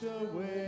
away